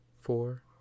four